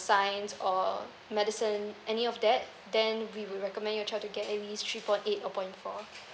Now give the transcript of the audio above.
science or medicine any of that then we will recommend you try to get at least three point eight or point four